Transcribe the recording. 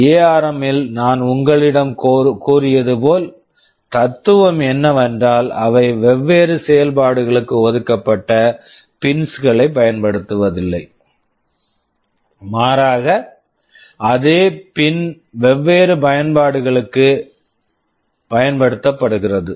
ARM ARM இல் நான் உங்களிடம் கூறியது போல் தத்துவம் என்னவென்றால் அவை வெவ்வேறு செயல்பாடுகளுக்கு ஒதுக்கப்பட்ட பின்ஸ் pins களைப் பயன்படுத்துவதில்லை மாறாக அதே பின் pin வெவ்வேறு பயன்பாடுகளுக்கு பயன்படுத்தப்படுகிறது